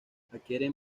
adquieren